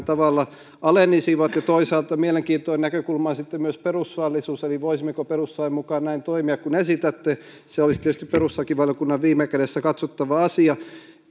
tavalla alenisivat toisaalta mielenkiintoinen näkökulma on sitten myös perustuslaillisuus voisimmeko perustuslain mukaan näin toimia kuin esitätte se olisi tietysti perustuslakivaliokunnan viime kädessä katsottava